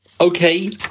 Okay